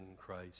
Christ